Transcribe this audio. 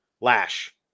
Lash